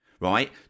right